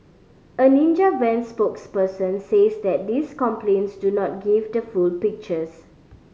a Ninja Van spokesperson says that these complaints do not give the full pictures